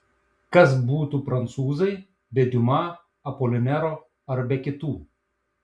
kas būtų prancūzai be diuma apolinero ar be kitų